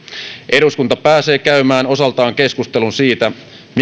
eduskunta pääsee käymään osaltaan keskustelun siitä mikä on